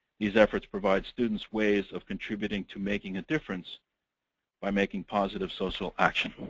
these efforts provide students ways of contributing to making a difference by making positive social action.